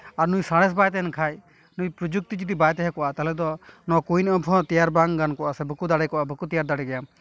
ᱟᱨ ᱱᱩᱭ ᱥᱟᱬᱮᱥ ᱵᱟᱭ ᱛᱟᱦᱮᱱ ᱠᱷᱟᱡ ᱱᱩᱭ ᱯᱨᱚᱡᱩᱠᱛᱤ ᱡᱩᱫᱤ ᱵᱟᱭ ᱛᱟᱦᱮᱸᱠᱚᱜᱼᱟ ᱛᱟᱦᱚᱞᱮ ᱫᱚ ᱱᱚᱣᱟ ᱠᱳᱭᱤᱱ ᱮᱯᱥ ᱦᱚᱸ ᱛᱮᱭᱟᱨ ᱵᱟᱝ ᱠᱚᱜᱼᱟ ᱥᱮ ᱵᱟᱠᱚ ᱫᱟᱲᱮ ᱠᱚᱜᱼᱟ ᱵᱟᱠᱚ ᱛᱮᱭᱟᱨ ᱫᱟᱲᱮ ᱠᱮᱭᱟ